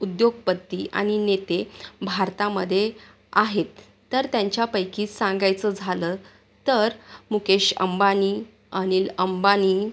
उद्योगपती आणि नेते भारतामध्ये आहेत तर त्यांच्यापैकी सांगायचं झालं तर मुकेश अंबानी अनिल अंबानी